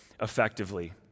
effectively